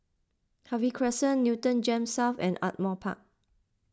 Harvey Crescent Newton Gems South and Ardmore Park